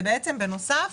זה בנוסף